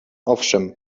owszem